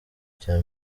cya